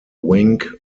wink